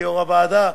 כיושב-ראש הוועדה,